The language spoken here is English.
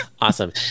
Awesome